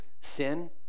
sin